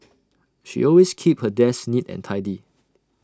she always keeps her desk neat and tidy